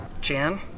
Jan